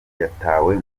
yatawe